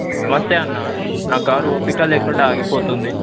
నమస్తే అన్న నా కారు పికప్ లేకుండా ఆగిపోతుంది